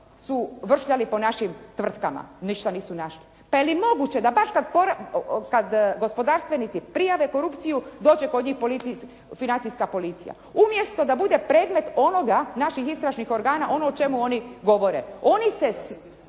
su vršljali po našim tvrtkama. Ništa nisu našli. Pa je li moguće da baš kad gospodarstvenici prijave korupciju dođe kod njih financijska policija, umjesto da bude predmet onoga, naših istražnih organa ono o čemu oni govore. Oni se